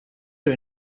are